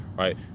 Right